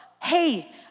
hey